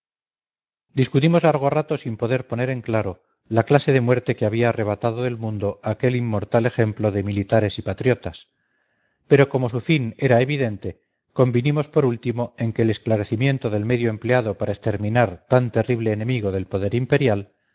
discutimos largo rato sin poder poner en claro la clase de muerte que había arrebatado del mundo a aquel inmortal ejemplo de militares y patriotas pero como su fin era evidente convinimos por último en que el esclarecimiento del medio empleado para exterminar tan terrible enemigo del poder imperial